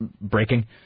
breaking